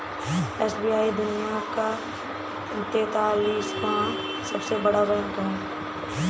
SBI दुनिया का तेंतालीसवां सबसे बड़ा बैंक है